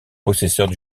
possesseurs